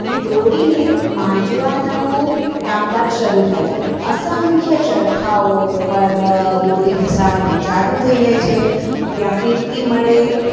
એ દોરીને માંજવાનું કામકાજ શરૂ થાય છે અસંખ્ય ચરખાઓ પર દોરી ઘસાવાનું ચાલું થઈ જાય છે ત્યાં ફીરકી મળે